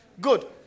Good